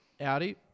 Audi